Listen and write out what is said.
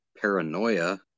paranoia